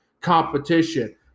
competition